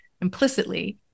implicitly